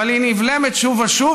אבל היא נבלמת שוב ושוב,